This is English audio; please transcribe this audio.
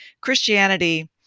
Christianity